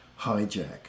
hijack